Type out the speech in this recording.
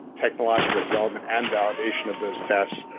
technological development and validation of those tests.